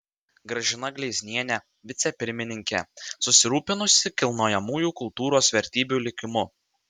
gražina gleiznienė vicepirmininkė susirūpinusi kilnojamųjų kultūros vertybių likimu